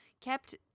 kept